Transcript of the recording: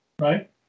right